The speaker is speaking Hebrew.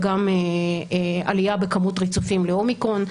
וגם עלייה בכמות ריצופים לאומיקרון.